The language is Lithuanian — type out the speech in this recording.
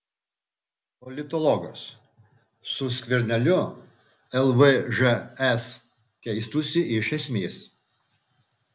politologas su skverneliu lvžs keistųsi iš esmės